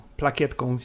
plakietką